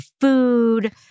food